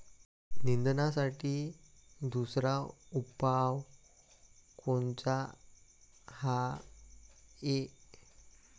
निंदनासाठी दुसरा उपाव कोनचा हाये?